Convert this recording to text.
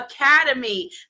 Academy